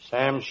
Sam